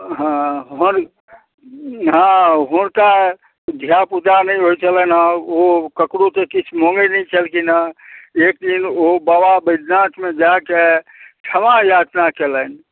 हँ हँ हँ हुनका धिआपुता नहि होइ छलनि हँ ओ ककरोसे किछु माँगै नहि छलखिन हँ एक दिन ओ बाबा वैद्यनाथमे जाके क्षमा याचना कएलनि